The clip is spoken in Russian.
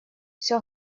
все